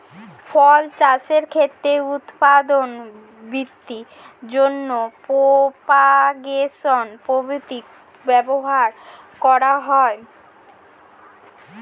ফল চাষের ক্ষেত্রে উৎপাদন বৃদ্ধির জন্য প্রপাগেশন পদ্ধতি ব্যবহার করা হয়